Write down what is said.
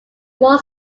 wall